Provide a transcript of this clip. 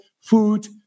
food